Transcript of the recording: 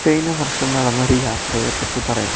കഴിഞ്ഞ വർഷം നടന്ന ഒരു യാത്രയെപ്പറ്റി പറയാം